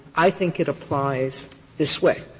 i think it applies this way.